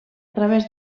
través